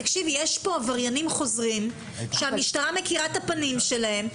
יש פה עבריינים חוזרים והמשטרה מכירה את הפנים שלהם.